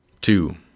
Two